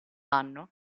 anno